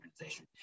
organization